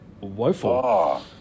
woeful